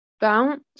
bounce